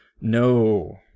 No